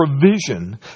provision